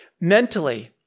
Mentally